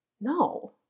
No